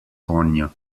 konja